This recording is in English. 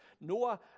Noah